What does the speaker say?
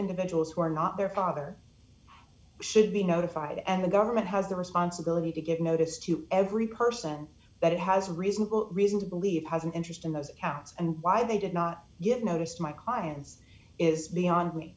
individuals who are not their father should be notified and the government has the responsibility to give notice to every person that it has reasonable reason to believe has an interest in those accounts and why they did not get noticed my clients is beyond me